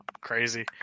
Crazy